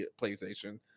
PlayStation